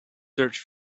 search